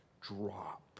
drop